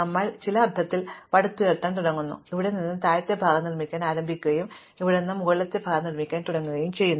അതിനാൽ നിങ്ങൾ ചില അർത്ഥത്തിൽ പടുത്തുയർത്താൻ തുടങ്ങുന്നു നിങ്ങൾ ഇവിടെ നിന്ന് താഴത്തെ ഭാഗം നിർമ്മിക്കാൻ ആരംഭിക്കുകയും ഇവിടെ നിന്ന് മുകളിലത്തെ ഭാഗം നിർമ്മിക്കാൻ തുടങ്ങുകയും ചെയ്യുന്നു